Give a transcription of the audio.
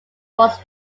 was